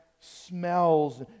smells